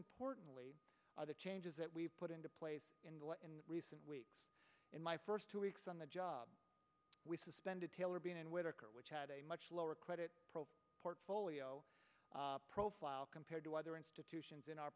importantly the changes that we've put into place in recent weeks in my first two weeks on the job we suspended taylor being in whittaker which had a much lower credit profile portfolio profile compared to other institutions in our